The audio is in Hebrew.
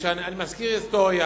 אני מזכיר היסטוריה.